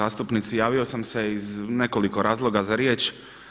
Evo javio sam se iz nekoliko razloga za riječ.